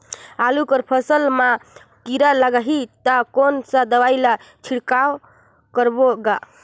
आलू कर फसल मा कीरा लगही ता कौन सा दवाई ला छिड़काव करबो गा?